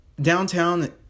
Downtown